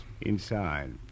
Inside